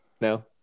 No